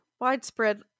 widespread